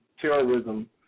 terrorism